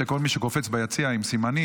כל מי שקופץ ביציע עם סימנים,